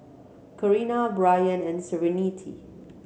Carina Brianne and Serenity